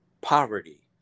poverty